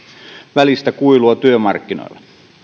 välistä kuilua työmarkkinoilla